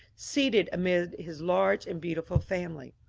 seated amid his large and beautiful family.